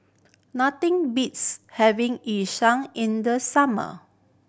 nothing beats having Yu Sheng in the summer